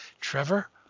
Trevor